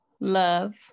love